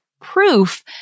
proof